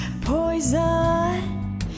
poison